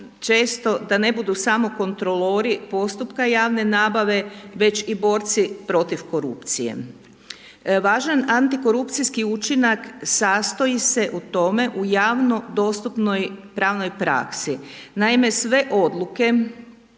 često da ne budu samo kontrolori postupka javne nabave već i borci protiv korupcije. Važan antikorupcijski učinak sastoji se u tome, u javno dostupnoj pravnoj praksi. Naime, sve odluke